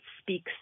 speaks